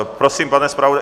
Prosím, pane zpravodaji...